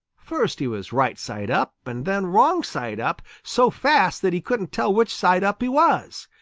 first he was right side up and then wrong side up, so fast that he couldn't tell which side up he was.